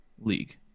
league